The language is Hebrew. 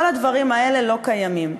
כל הדברים האלה לא קיימים.